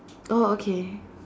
oh okay